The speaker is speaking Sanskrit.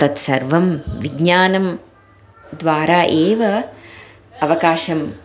तत्सर्वं विज्ञानं द्वारा एव अवकाशं